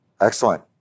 excellent